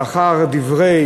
לאחר דברי